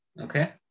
okay